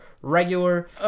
regular